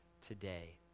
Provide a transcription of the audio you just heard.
today